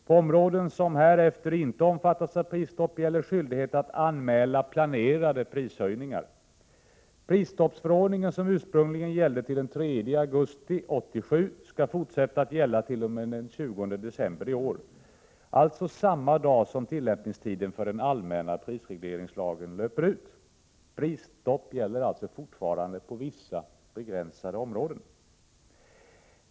På områden som härefter inte omfattas av prisstopp gäller skyldighet att anmäla planerade prishöjningar. Prisstoppsförordningen, som ursprungligen gällde till den 3 augusti 1987, skall fortsätta att gälla t.o.m. den 20 december 1987, alltså samma dag som tillämpningstiden för den allmänna prisregleringslagen löper ut. Prisstopp gäller alltså fortfarande på vissa begränsade områden.